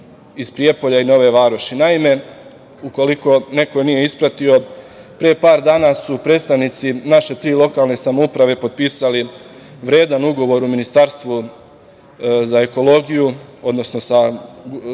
iz Prijepolja i Nove Varoši. Naime, ukoliko neko nije ispratio, pre par dana su predstavnici naše tri lokalne samouprave potpisali vredan ugovor u Ministarstvu za ekologiju, odnosno sa ministarkom